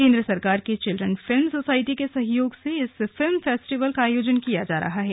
केंद्र सरकार के चिल्ड्रन फिल्म सोसाइटी के सहयोग से इस फिल्म फेस्टिवल का आयोजन किया जा रहा है